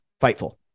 fightful